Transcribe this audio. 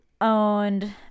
Owned